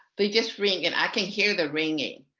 they just ring and i can hear the ringing.